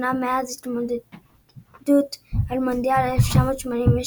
לראשונה מאז ההתמודדות על מונדיאל 1986,